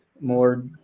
more